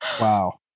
Wow